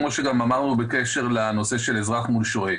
כמו שאמרנו בקשר לנושא של אזרח מול שוהה.